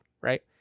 right